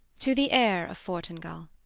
to the heir of fortingall.